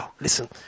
listen